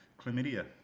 chlamydia